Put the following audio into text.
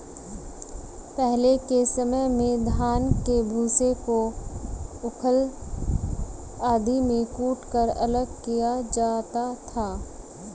पहले के समय में धान के भूसे को ऊखल आदि में कूटकर अलग किया जाता था